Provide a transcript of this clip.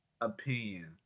opinion